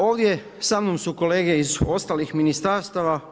Ovdje samnom su kolege iz ostalih ministarstava.